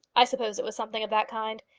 i suppose it was something of that kind.